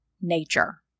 nature